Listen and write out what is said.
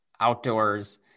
outdoors